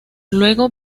luego